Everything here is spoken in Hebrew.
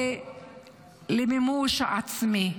ולמימוש עצמי.